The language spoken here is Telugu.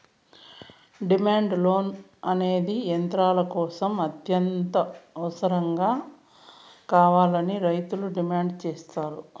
డిమాండ్ లోన్ అనేది యంత్రాల కోసం అత్యవసరంగా కావాలని రైతులు డిమాండ్ సేత్తారు